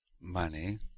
money